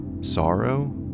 sorrow